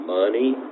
money